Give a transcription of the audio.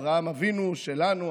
אברהם אבינו שלנו,